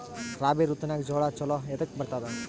ರಾಬಿ ಋತುನಾಗ್ ಜೋಳ ಚಲೋ ಎದಕ ಬರತದ?